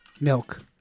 milk